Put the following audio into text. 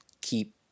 keep